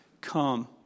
come